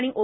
आणि ओ